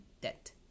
debt